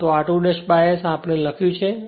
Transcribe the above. પરંતુ r2 S આપણે આ જેમ લખ્યું છે